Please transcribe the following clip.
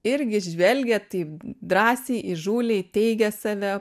irgi žvelgia taip drąsiai įžūliai teigia save